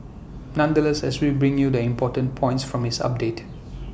nonetheless as we bring you the important points from his updates